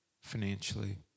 financially